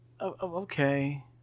okay